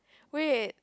wait